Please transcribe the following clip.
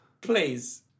Please